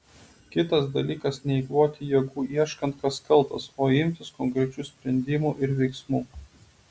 kitas dalykas neeikvoti jėgų ieškant kas kaltas o imtis konkrečių sprendimų ir veiksmų